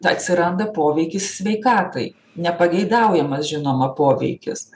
atsiranda poveikis sveikatai nepageidaujamas žinoma poveikis